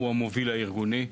שהוא המוביל הארגוני,